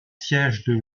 siège